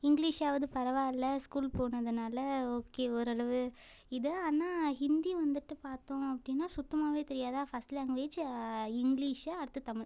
இங்கிலீஷாவது பரவாயில்லி ஸ்கூல் போனதுனால ஓகே ஓரளவு இதான் ஆனால் ஹிந்தி வந்துவிட்டு பார்த்தோம் அப்படின்னா சுத்தமாகவே தெரியாதா ஃபர்ஸ்ட் லாங்குவேஜ் இங்கிலீஷு அடுத்து தமிழ்